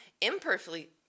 imperfectly